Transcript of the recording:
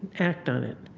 act on it.